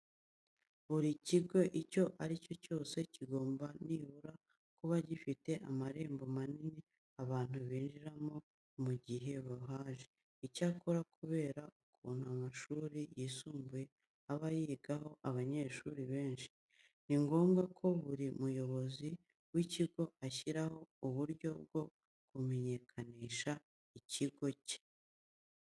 Buri kigo icyo ari cyo cyose kigomba nibura kuba gifite amarembo manini abantu binjiriramo mu gihe bahaje. Icyakora kubera ukuntu amashuri yisumbuye aba yigaho abanyeshuri benshi, ni ngombwa ko buri muyobozi w'ikigo ashyiraho uburyo bwo kumenyekanisha ikigo cye.